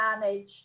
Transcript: manage